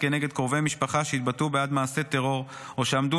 כנגד קרובי משפחה שהתבטאו בעד מעשה טרור או שעמדו